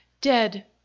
Dead